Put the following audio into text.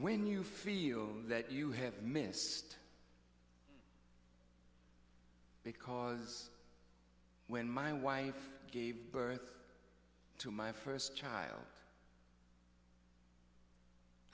when you feel that you have missed because when my wife gave birth to my first child